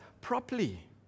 properly